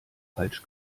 falsch